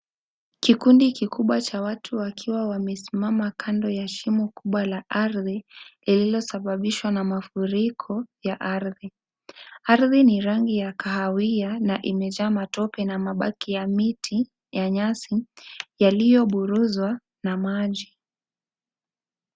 Kikundi kikubwa cha watu wakiwa wamesimama kando ya shimo kubwa la ardhi, lililosababishwa na mafuriko ya ardhi. Ardhi ni rangi ya kahawia na imejaa matope na mabaki ya miti ya nyasi, yaliyoburuzwa na maji.